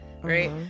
Right